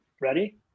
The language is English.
Ready